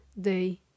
day